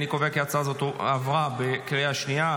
אני קובע כי הצעה זו עברה בקריאה שנייה.